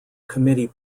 committee